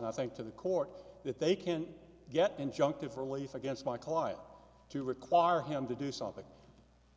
and i think to the court that they can get injunctive relief against my client to require him to do something